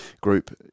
group